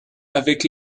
avec